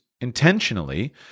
intentionally